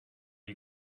you